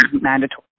mandatory